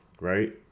right